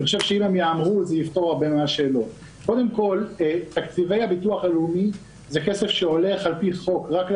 יכולות לתחזק מהכסף שהן מקבלות מהביטוח הלאומי על פי חוק.